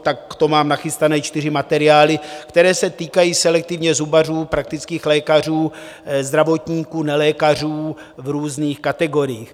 Takto mám nachystané čtyři materiály, které se týkají selektivně zubařů, praktických lékařů, zdravotníkůnelékařů v různých kategoriích.